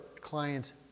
clients